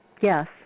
Yes